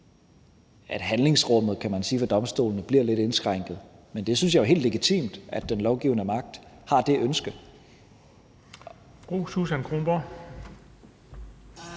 at handlerummet for domstolene bliver lidt indskrænket. Men jeg synes jo, at det er helt legitimt, at den lovgivende magt har det ønske. Kl. 15:44 Den fg.